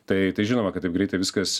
tai tai žinoma kad taip greitai viskas